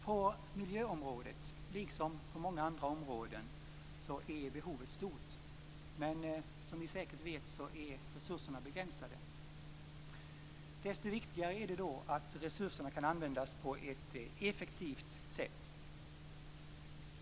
På miljöområdet liksom på många andra områden är behovet stort, men som ni säkert vet är resurserna begränsade. Desto viktigare är det då att resurserna kan användas på ett effektivt sätt.